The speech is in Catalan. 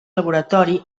laboratori